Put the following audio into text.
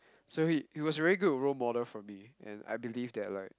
so he it was a very good role model for me and I believe that like